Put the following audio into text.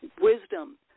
wisdom